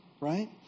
right